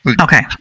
Okay